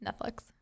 netflix